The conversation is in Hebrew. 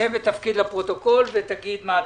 בבקשה.